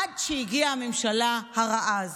עד שהגיעה הממשלה הרעה הזאת.